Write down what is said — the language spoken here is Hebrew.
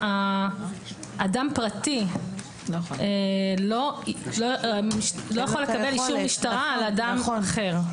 אדם פרטי לא יכול לקבל אישור משטרה על אדם אחר.